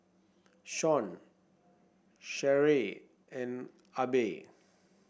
Shawn Sherree and Abby